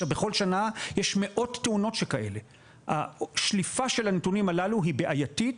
בכל שנה יש מאות תאונות שכאלה והשליפה של הנתונים הללו היא בעייתית.